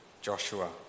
Joshua